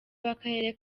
w’akarere